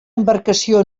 embarcació